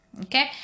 okay